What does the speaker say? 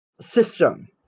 system